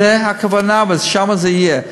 זו הכוונה, ושם זה יהיה.